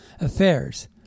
affairs